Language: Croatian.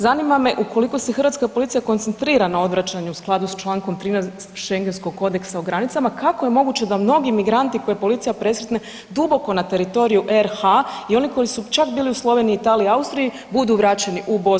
Zanima me, ukoliko se hrvatska policija koncentrira na odvraćanju u skladu s čl. 13 šengenskog kodeksa o granicama, kako je moguće da mnogi imigranti koje policija presretne duboko na teritoriju RH i oni koji su čak bili u Sloveniji, Italiji, Austriji budu vraćeni u BiH?